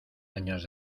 años